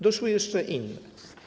Doszły jeszcze inne.